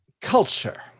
Culture